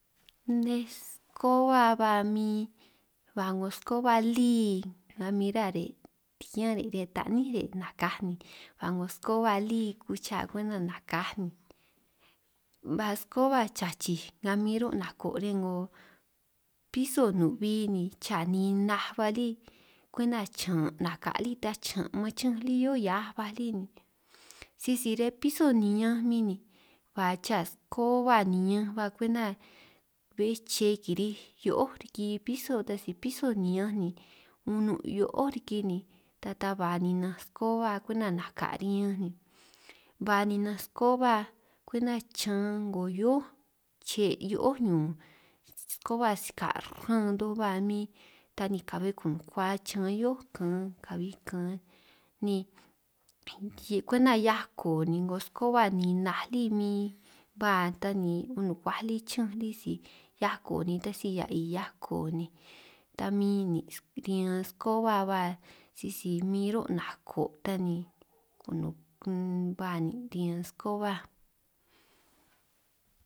Nej eskoba ba min ba 'ngo eskoba lí nga min rá re' tikián re' riñan ta'ní re' nakaj ni, ba 'ngo eskoba lí kucha' kwenta nakaj ni ba eskoba chachij nga min ro' nako' riñan 'ngo piso nu'bi ni, cha ninaj ba lí kwenta chan' nakaj lí ta cha' maan chanj lí hio'ó hiaj ba lí ni, sisi riñan piso niñanj min ni ba cha eskoba niñanj ba kwenta be'é che kirij hio'ó riki piso ta si piso niñanj ni unun' hio'ó riki ni, ta ta ba ninanj eskoba kwenta naka' riñanj ni ba ninanj eskoba kwenta chan 'ngo hio'ó chee' hio'ó ñun, eskoba sika' ran toj ba min ta ni ka'be kunukua chan hio'ó kaan kabi kaan ni, kwenta hiako ni 'ngo eskoba ninaj lí min ba ta ni kunukuaj lí chanj lí si hiako ni taj si a'i hiako ni, ta min nin' riñan eskoba ba sisi min ro' nako' ta ni kunun' kun ba ni riñan eskoba.